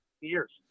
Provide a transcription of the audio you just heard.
years